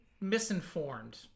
misinformed